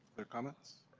other comments?